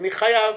אני חייב